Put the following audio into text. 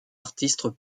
artiste